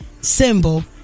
symbol